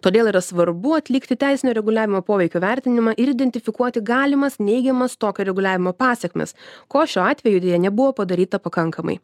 todėl yra svarbu atlikti teisinio reguliavimo poveikio vertinimą ir identifikuoti galimas neigiamas tokio reguliavimo pasekmes ko šiuo atveju deja nebuvo padaryta pakankamai